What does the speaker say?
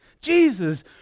Jesus